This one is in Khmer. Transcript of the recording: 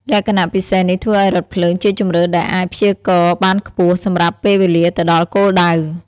លក្ខណៈពិសេសនេះធ្វើឱ្យរថភ្លើងជាជម្រើសដែលអាច ព្យាករណ៍បានខ្ពស់ សម្រាប់ពេលវេលាទៅដល់គោលដៅ។